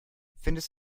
findest